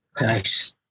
Nice